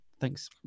thanks